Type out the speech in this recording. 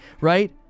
right